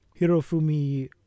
Hirofumi